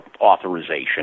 authorization